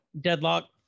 deadlock